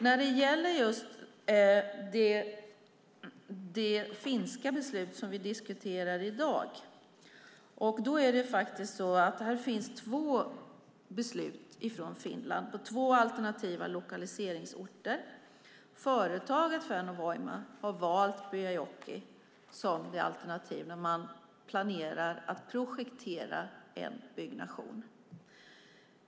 När det gäller det finska beslut som vi diskuterar i dag finns här två beslut i Finland på två alternativa lokaliseringsorter. Företaget Fennovoima har valt Pyhäjoki som alternativ när man planerar att projektera en byggnation.